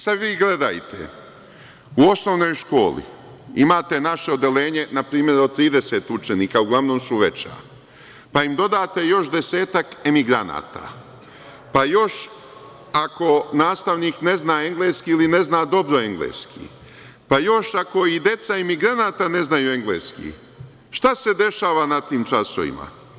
Sad vi gledajte, u osnovnoj školi imate naše odeljenje npr. od 30 učenika, uglavnom su veća, pa im dodate još desetak emigranata, pa još ako nastavnik ne zna engleski ili ne zna dobro engleski, pa još ako i deca emigranata ne znaju engleski, šta se dešava na tim časovima?